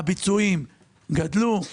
הביצועים גדלו,